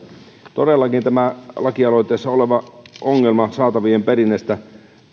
todellakin tämä lakialoitteessa oleva ongelma saatavien perinnästä